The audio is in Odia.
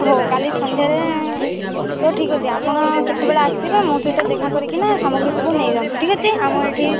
ହଉ କାଲି ସନ୍ଧ୍ୟାରେ ତ ଠିକ୍ ଅଛି ଆପଣ କେତେବେଳେ ଆସିବେ ମୋ ସହିତ ଦେଖା କରିକିନା ସାମଗ୍ରୀ ସବୁ ନେଇଯାଆନ୍ତୁ ଠିକ୍ ଅଛି ଆମର ଏଇଠି